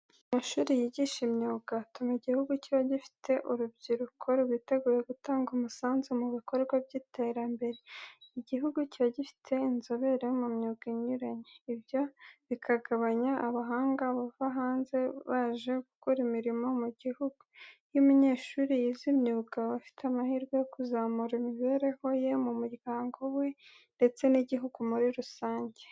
Amashuri yigisha imyuga atuma igihugu kiba gifite urubyiruko rwiteguye gutanga umusanzu mu bikorwa by'iterambere, igihugu kiba gifite inzobere mu myuga inyuranye, ibyo bikagabanya abahanga bava hanze baje gukora imirimo mu gihugu. Iyo umunyeshuri yize imyuga, aba afite amahirwe yo kuzamura imibereho ye, mu muryango we ndetse n'igihugu muri rusange.